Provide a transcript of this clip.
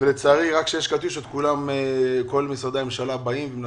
ורק אז כל משרדי הממשלה מגיעים,